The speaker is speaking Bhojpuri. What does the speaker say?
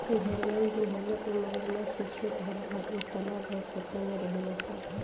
घड़ियाल जे होला उ मगरमच्छ से छोट होला आ इ तालाब अउर पोखरा में रहेले सन